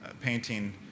painting